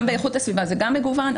גם באיכות הסביבה זה מגוון,